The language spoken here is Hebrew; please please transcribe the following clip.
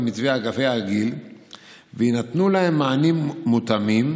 המתווה הרגיל ויינתנו להם מענים מותאמים,